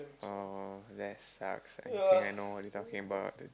oh that sucks I think I know what you're talking about